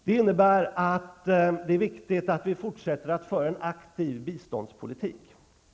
Det innebär att det är viktigt att vi fortsätter att föra en aktiv biståndspolitik.